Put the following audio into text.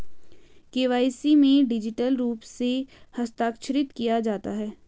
KYC में digital रूप से हस्ताक्षरित किया जाता है